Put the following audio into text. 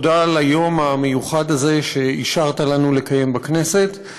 תודה על היום המיוחד הזה שאישרת לנו לקיים בכנסת,